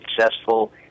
successful